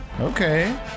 Okay